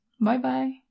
Bye-bye